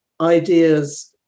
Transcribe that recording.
ideas